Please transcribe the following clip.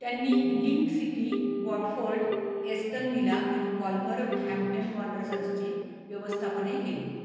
त्यांनी Lincoln City Watford Aston Villa आणि वॉल्व्हरहॅम्टन वॉंडरसर्सचे व्यवस्थापनही केले